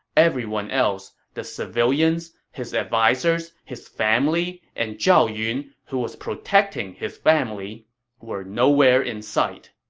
everyone else the civilians, his advisers, his family, and zhao yun, who was protecting his family were nowhere in sight